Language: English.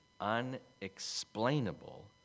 unexplainable